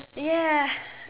ya